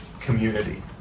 community